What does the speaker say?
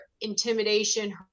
intimidation